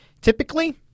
Typically